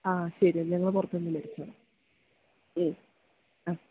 ആ ശരിയെന്നാല് ഞങ്ങള് പുറത്തുനിന്ന് മേടിച്ചുകൊള്ളാം ഉം ആ